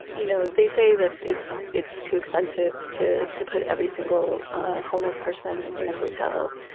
you know they say that it's it's too expensive to to put every single homeless person in a hotel.